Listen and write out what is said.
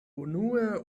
unue